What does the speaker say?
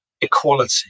equality